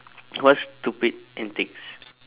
what stupid antics